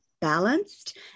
balanced